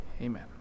Amen